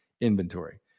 Inventory